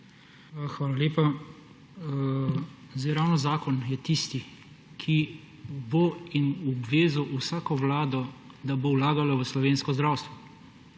Hvala lepa. Ravno zakon je tisti, ki bo obvezal vsako vlado, da bo vlagala v slovensko zdravstvo,